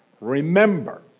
remember